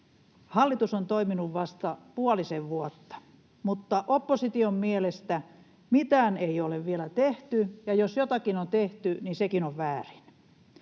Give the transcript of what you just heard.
Hallitus on toiminut vasta puolisen vuotta, mutta opposition mielestä mitään ei ole vielä tehty ja jos jotakin on tehty, niin sekin on väärin.